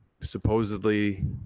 Supposedly